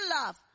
love